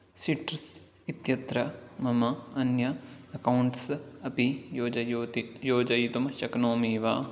citrus इत्यत्र मम अन्यत् अकौण्ट्स् अपि योजयति योजयितुं शक्नोमि वा